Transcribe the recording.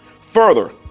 Further